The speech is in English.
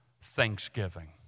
thanksgiving